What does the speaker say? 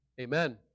Amen